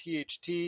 THT